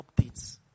updates